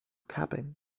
cabin